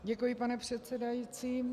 Děkuji, pane předsedající.